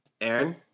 Aaron